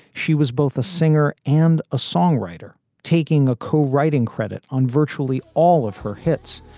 she was both a singer and a songwriter, taking a co-writing credit on virtually all of her hits,